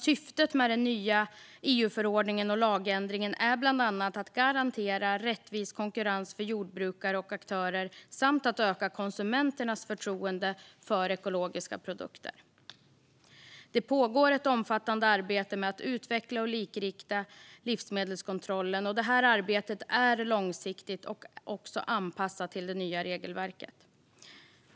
Syftet med den nya EU-förordningen och lagändringen är bland annat att garantera rättvis konkurrens för jordbrukare och aktörer samt att öka konsumenternas förtroende för ekologiska produkter. Det pågår ett omfattande arbete med att utveckla och likrikta livsmedelskontrollen, och detta arbete är långsiktigt och anpassat till det nya regelverket.